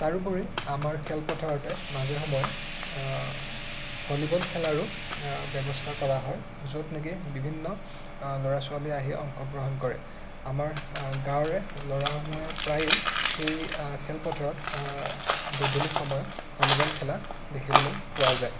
তাৰোপৰি আমাৰ খেলপথাৰতে মাজে সময়ে ভলিবল খেলাৰো ব্যৱস্থা কৰা হয় য'ত নেকি বিভিন্ন ল'ৰা ছোৱালী আহি অংশগ্ৰহণ কৰে আমাৰ গাওঁৰে ল'ৰাসমূহে প্ৰায়ে সেই খেলপথাৰত গধূলি সময়ত ভলিবল খেলা দেখিবলৈ পোৱা যায়